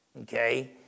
okay